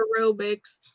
aerobics